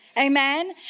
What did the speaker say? Amen